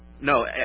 no